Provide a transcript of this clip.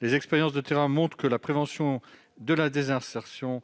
Les expériences de terrain montrent que la prévention de la désinsertion